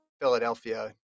philadelphia